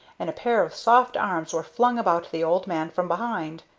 and a pair of soft arms were flung about the old man from behind.